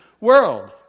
world